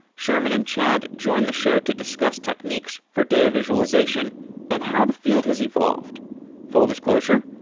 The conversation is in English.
sherman and chad joined the show to discuss techniques for data visualization and how the field has evolved full disclosure,